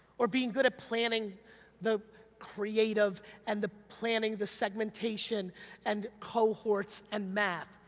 or being good at planning the creative and the planning the segmentation and cohorts and math.